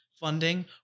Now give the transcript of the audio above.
funding